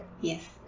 yes